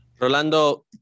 Rolando